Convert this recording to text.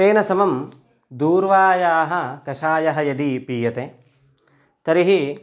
तेन समं दूर्वायाः कषायः यदि पीयते तर्हि